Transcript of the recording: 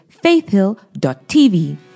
faithhill.tv